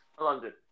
London